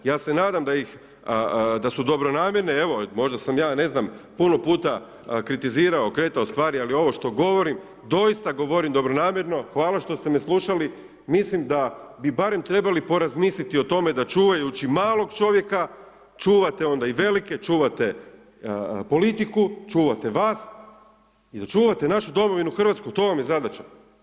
Ja se nadam da su dobronamjerne, evo možda sam ja ne zna, puno puta kritizirao, okretao stvari, ali ovo što govorim, doista govorim dobronamjerno, hvala što ste me slušali, mislim da bi barem trebali porazmisliti o tome da čuvajući malog čovjeka, čuvate onda i velike, čuvate politiku, čuvate vas i da čuvate našu domovinu Hrvatsku, to vam je zadaća.